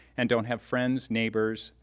and don't have friends, neighbors,